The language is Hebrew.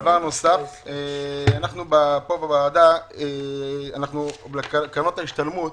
אנחנו בוועדה הורדנו לקרנות ההשתלמות